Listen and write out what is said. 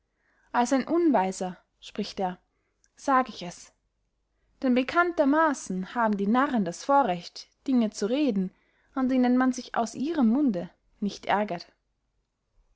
als ein unweiser spricht er sag ich es denn bekanntermaßen haben die narren das vorrecht dinge zu reden an denen man sich aus ihrem munde nicht ärgert